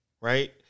Right